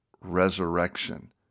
resurrection